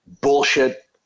bullshit